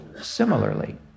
similarly